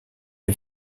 les